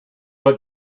but